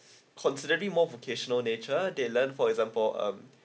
considerably more vocational nature they learn for example um